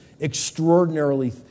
extraordinarily